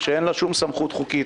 שאין לה שום סמכות חוקית,